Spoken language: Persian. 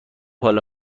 حالا